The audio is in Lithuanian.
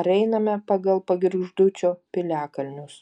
ar einame pagal pagirgždūčio piliakalnius